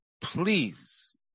please